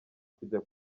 kujya